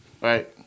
Right